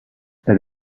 elle